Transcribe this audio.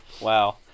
Wow